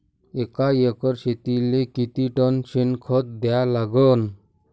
एका एकर शेतीले किती टन शेन खत द्या लागन?